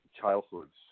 childhoods